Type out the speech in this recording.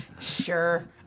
Sure